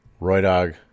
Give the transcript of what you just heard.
RoyDog